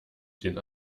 den